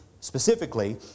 specifically